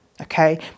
okay